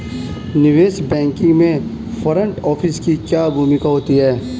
निवेश बैंकिंग में front office की क्या भूमिका होती है?